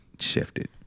Shifted